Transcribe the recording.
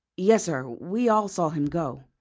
yes, sir we all saw him go.